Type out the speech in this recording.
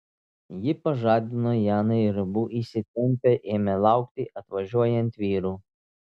ji pažadino janą ir abu įsitempę ėmė laukti atvažiuojant vyrų